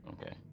Okay